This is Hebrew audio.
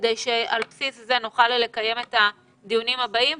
כדי שעל בסיס זה נוכל לקיים את הדיונים הבאים.